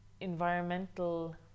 environmental